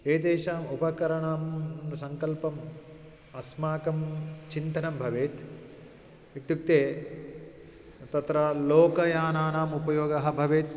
एतेषाम् उपकरणानां सङ्कल्पम् अस्माकं चिन्तनं भवेत् इत्युक्ते तत्र लोकयानानाम् उपयोगः भवेत्